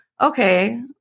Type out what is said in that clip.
okay